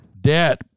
debt